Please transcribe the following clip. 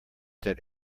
that